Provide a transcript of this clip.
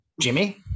Jimmy